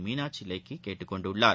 மீனாட்சி லேக்கி கேட்டுக் கொண்டுள்ளார்